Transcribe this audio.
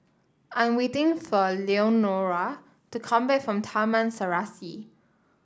I'm waiting for Leonore to come back from Taman Serasi